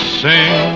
sing